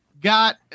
got